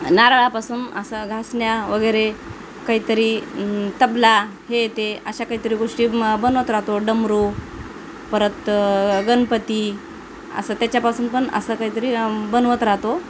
नारळापासून असं घासण्या वगैरे काहीतरी तबला हे ते अशा काहीतरी मग गोष्टी बनवत राहतो डबरू परत गणपती असं त्याच्यापासून पण असं काहीतरी बनवत राहतो